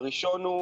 הראשון,